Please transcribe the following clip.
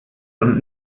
und